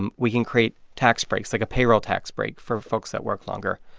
and we can create tax breaks, like a payroll tax break, for folks that work longer.